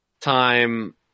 time